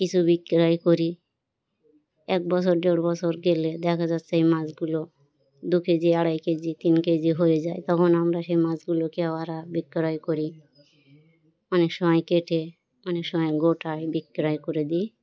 কিছু বিক্রয় করি এক বছর দেড় বছর গেলে দেখা যাচ্ছে সেই মাছগুলো দু কেজি আড়াই কেজি তিন কেজি হয়ে যায় তখন আমরা সেই মাছগুলোকে আবার বিক্রয় করি অনেক সময় কেটে অনেক সময় গোটায় বিক্রয় করে দিই